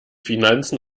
finanzen